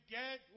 get